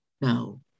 No